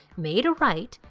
made right,